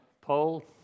Paul